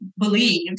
believe